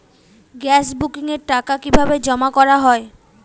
Gas বুকিংয়ের টাকা কিভাবে জমা করা হয়?